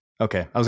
Okay